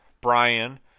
Brian